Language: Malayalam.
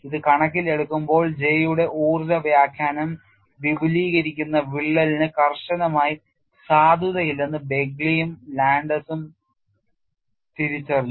അത് കണക്കിലെടുക്കുമ്പോൾ J യുടെ ഊർജ വ്യാഖ്യാനം വിപുലീകരിക്കുന്ന വിള്ളലിന് കർശനമായി സാധുതയില്ലെന്ന് ബെഗ്ലിയും ലാൻഡെസും തിരിച്ചറിഞ്ഞു